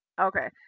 Okay